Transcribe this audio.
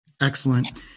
Excellent